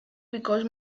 because